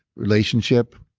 relationship,